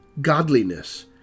godliness